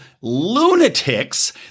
lunatics